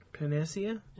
Panacea